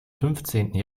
fünfzehnten